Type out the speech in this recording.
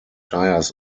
tires